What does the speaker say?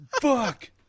Fuck